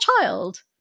child